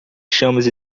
chamas